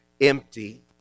empty